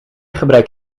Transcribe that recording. gebruik